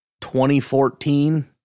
2014